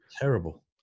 Terrible